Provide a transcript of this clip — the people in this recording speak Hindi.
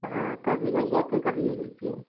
हाँ कभी जल जाती है कभी नहीं जलती है